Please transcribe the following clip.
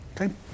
Okay